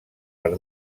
per